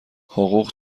حقوق